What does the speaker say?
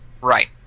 Right